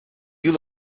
you